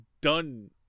done